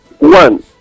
one